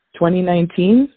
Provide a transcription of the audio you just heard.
2019